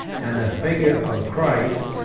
and the figure of christ,